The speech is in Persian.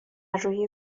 روی